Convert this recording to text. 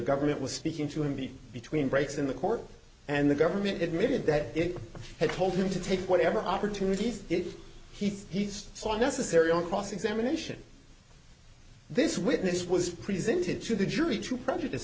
government was speaking to him being between breaks in the court and the government admitted that it had told him to take whatever opportunities if he's so necessary on cross examination this witness was presented to the jury to prejudice